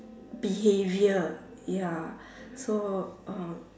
behaviour ya so uh